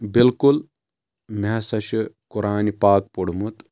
بالکُل مےٚ ہسا چھُ قُرانہِ پاک پوٚرمُت